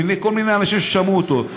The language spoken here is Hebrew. בפני כל מיני אנשים ששמעו אותו,